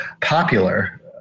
popular